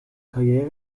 karriere